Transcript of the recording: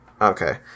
Okay